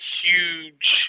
huge